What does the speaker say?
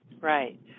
right